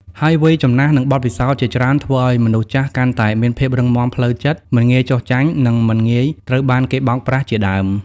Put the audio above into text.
ហើយវ័យចំណាស់ និងបទពិសោធន៍ជាច្រើនធ្វើឱ្យមនុស្សចាស់កាន់តែមានភាពរឹងមាំផ្លូវចិត្ត មិនងាយចុះចាញ់ ឬមិនងាយត្រូវបានគេបោកប្រាស់ជាដើម។